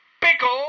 Pickles